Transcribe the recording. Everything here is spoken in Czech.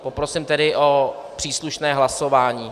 Poprosím tedy o příslušné hlasování.